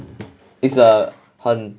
it's a 很